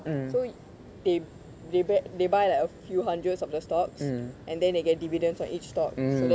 so they buy they buy like a few hundreds of the stocks and then they get dividends for each stock